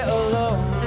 alone